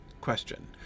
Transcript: question